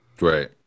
right